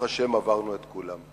ברוך השם, עברנו את כולם.